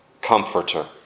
comforter